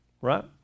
right